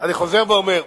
חוזר ואומר: